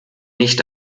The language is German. nicht